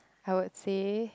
I would say